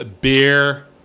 beer